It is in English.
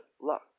luck